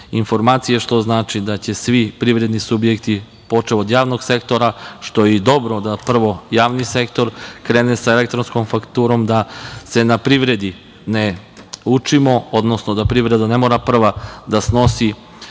što znači da će svi privredni subjekti počev od javnog sektora, što je i dobro da prvo javni sektor krene sa elektronskom fakturom, da se na privredi ne učimo, odnosno da privreda ne mora prva da snosi